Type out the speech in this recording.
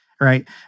right